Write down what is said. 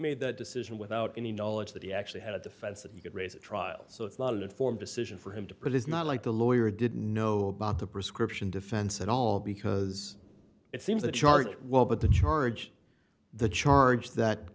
made that decision without any knowledge that he actually had a defense that he could raise a trial so it's not an informed decision for him to put it's not like the lawyer didn't know about the prescription defense and all because it seems the charge well but the charge the charge that